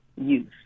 use